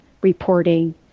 reporting